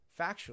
factually